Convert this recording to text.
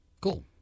Cool